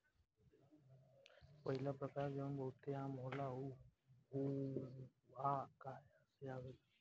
पहिला प्रकार जवन बहुते आम होला उ हुआकाया से आवेला